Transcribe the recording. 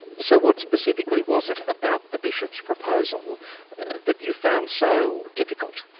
so what specifically was it about the bishops' proposal that you found so difficult?